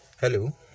hello